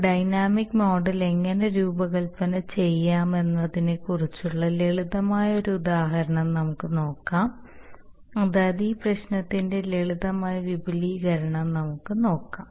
ഒരു dynamic model എങ്ങനെ രൂപകൽപ്പന ചെയ്യാമെന്നതിനെക്കുറിച്ചുള്ള ലളിതമായ ഒരു ഉദാഹരണം നമുക്ക് നോക്കാം അതായത് ഈ പ്രശ്നത്തിന്റെ ലളിതമായ വിപുലീകരണം നമുക്ക് നോക്കാം